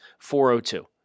402